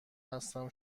هستم